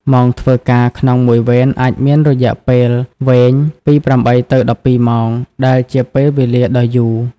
ម៉ោងធ្វើការក្នុងមួយវេនអាចមានរយៈពេលវែង ពី ៨ ទៅ ១២ ម៉ោង ដែលជាពេលវេលាដ៏យូរ។